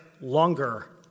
longer